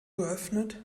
geöffnet